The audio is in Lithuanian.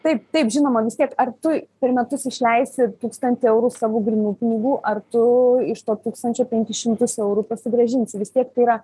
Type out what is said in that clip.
taip taip žinoma vis tiek ar tu per metus išleisi tūkstantį eurų savų grynų pinigų ar tu iš to tūkstančio penkis šimtus eurų susigrąžinsi vis tiek tai yra